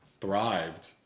thrived